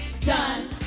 done